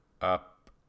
up